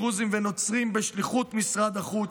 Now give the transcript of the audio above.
דרוזים ונוצרים בשליחות משרד החוץ,